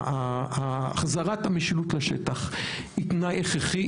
החזרת המשילות לשטח היא תנאי הכרחי,